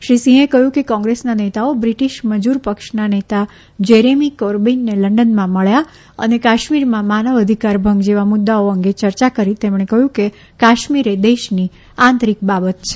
શ્રી સિંહે કહ્યું કે કોંગ્રેસના નેતાઓ બ્રિટીશ મજુરપક્ષના નેતા જેરેમી કોરબીનને લંડનમાં મળ્યા અને કાશ્મીરમાં માનવ અધિકાર ભંગ જેવા મુદ્દાઓ અંગે ચર્ચા કરી તેમણે કહ્યું કે કાશ્મીર એ દેશની આંતરીક બાબત છે